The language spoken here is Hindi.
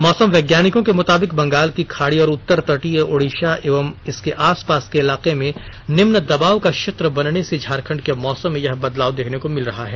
मौसम वैज्ञानिकों के मुताबिक बंगाल की खाड़ी और उत्त र तटीय ओडिसा एवं इसके आस पास के इलाके में निम्न दबाव का क्षेत्र बनने से झारखंड के मौसम में यह बदलाव देखने को मिल रहा है